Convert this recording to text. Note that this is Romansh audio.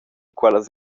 quellas